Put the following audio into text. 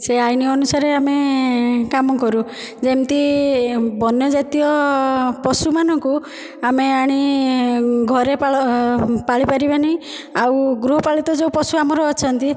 ସେ ଆଇନ ଅନୁସାରେ ଆମେ କାମ କରୁ ଯେମିତି ବନ୍ୟ ଜାତୀୟ ପଶୁମାନଙ୍କୁ ଆମେ ଆଣି ଘରେ ପାଳି ପାରିବାନି ଆଉ ଗୃହ ପାଳିତ ପଶୁ ଯେଉଁ ଆମର ଅଛନ୍ତି